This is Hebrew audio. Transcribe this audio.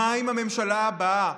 מה עם הממשלה הבאה?